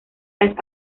las